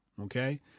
Okay